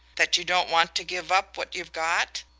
that you don't want to give up what you've got?